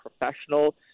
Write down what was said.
professional